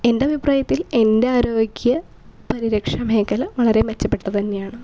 എൻ്റെ അഭിപ്രായത്തിൽ എൻ്റെ ആരോഗ്യപരിരക്ഷ മേഖല വളരെ മെച്ചപ്പെട്ടത് തന്നെയാണ്